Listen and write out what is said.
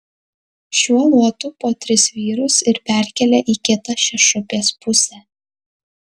šiuo luotu po tris vyrus ir perkelia į kitą šešupės pusę